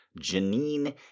Janine